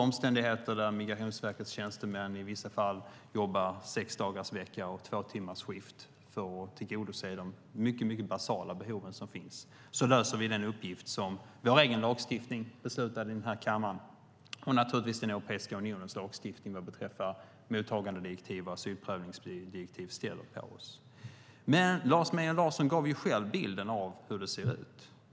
Migrationsverkets tjänstemän jobbar i vissa fall sexdagars vecka och tvåtimmars skift för att tillgodose de mycket basala behov som finns och leva upp till vår egen lagstiftning som har beslutats här i kammaren och naturligtvis Europeiska unionens lagstiftning vad beträffar mottagandedirektiv och asylprövningsdirektiv. Men Lars Mejern Larsson gav ju själv bilden av hur det ser ut.